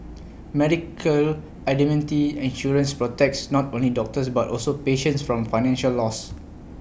medical indemnity insurance protects not only doctors but also patients from financial loss